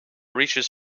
reaches